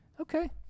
Okay